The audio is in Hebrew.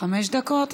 חמש דקות.